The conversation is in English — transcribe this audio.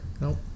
Nope